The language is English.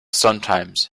sometimes